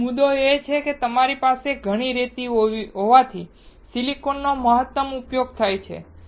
તેથી મુદ્દો એ છે કે અમારી પાસે ઘણી રેતી હોવાથી સિલિકોનનો મહત્તમ ઉપયોગ થાય છે